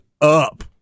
up